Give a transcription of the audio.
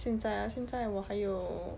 现在 ah 现在我还有